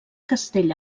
castell